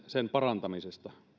sen parantamisesta